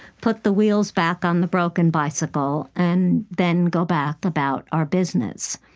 put the wheels back on the broken bicycle, and then go back about our business.